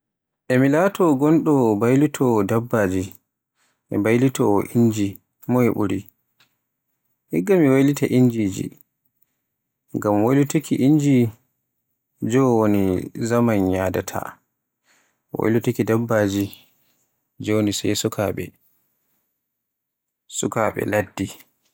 E mi laato mbaylitowo dabbaji e mbaylitowo inji moye ɓuri, igga mi waylita injiji, ngam waylutuki inji joo woni ko zaman ya yadaata, waylutuki dabbaji joni sai sukaaɓe, sukaaɓe ladde.